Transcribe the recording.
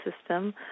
system